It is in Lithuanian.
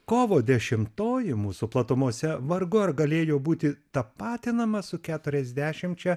kovo dešimtoji mūsų platumose vargu ar galėjo būti tapatinama su keturiasdešimčia